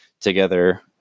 together